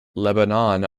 lebanon